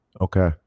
okay